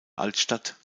altstadt